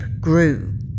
grew